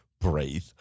breathe